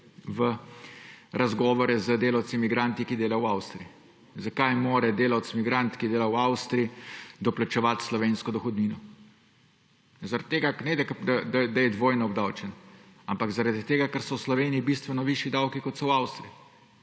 v razgovore z delavci migranti, ki delajo v Avstriji. Zakaj mora delavec migrant, ki dela v Avstriji, doplačevati slovensko dohodnino? Ne, ker je dvojno obdavčen, ampak zaradi tega, ker so v Sloveniji bistveno višji davki, kot so v Avstriji.